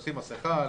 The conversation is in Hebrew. לשים מסכה,